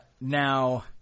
Now